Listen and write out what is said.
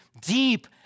deep